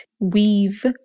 weave